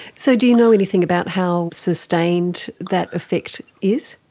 so do you know anything about how sustained that effect is?